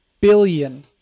billion